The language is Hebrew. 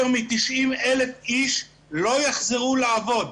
יותר מ-90 אלף איש לא יחזרו לעבוד.